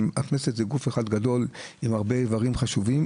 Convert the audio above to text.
הכנסת זה גוף אחד גדול עם הרבה אברים חשובים,